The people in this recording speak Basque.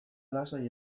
lasai